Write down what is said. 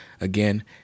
again